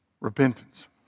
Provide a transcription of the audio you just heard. Repentance